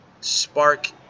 spark